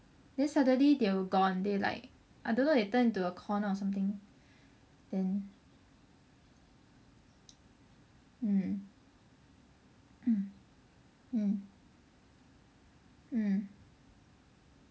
then suddenly they were gone they like I don't know they turn into a corner or something mm mm mm mm mm